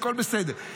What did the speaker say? הכול בסדר.